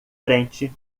frente